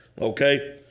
Okay